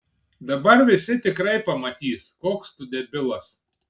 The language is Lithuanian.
dabar visi tikrai pamatys koks tu debilas